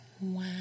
Wow